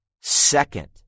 Second